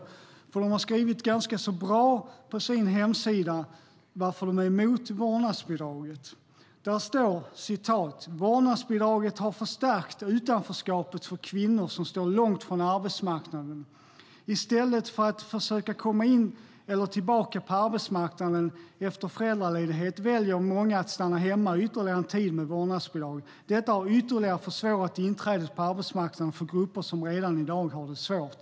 På sin hemsida skriver de ganska bra varför de är emot vårdnadsbidraget. Där står: "Vårdnadsbidraget har förstärkt utanförskapet för kvinnor som står långt från arbetsmarknaden. Istället för att försöka komma in eller tillbaka på arbetsmarknaden efter föräldraledighet väljer många att stanna hemma ytterligare en tid med vårdnadsbidrag. Detta har ytterligare försvårat inträdet på arbetsmarknaden, för grupper som redan idag har det svårt.